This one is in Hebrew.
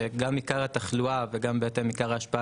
שגם עיקר התחלואה ובהתאם עיקר ההשפעה